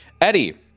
Eddie